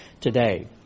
today